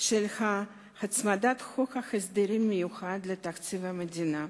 של הצמדת חוק ההסדרים המיוחד לתקציב המדינה.